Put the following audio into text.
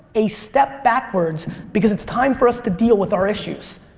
a step backwards because it's time for us to deal with our issues.